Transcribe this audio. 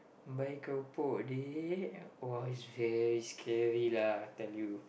buy keropok dik !wah! it's very scary lah I tell you